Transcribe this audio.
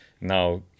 Now